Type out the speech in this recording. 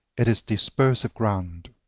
it is dispersive ground.